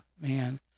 Man